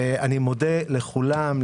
אני מודה לכולם,